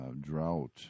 drought